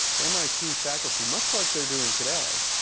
mit faculty, much like they're doing today,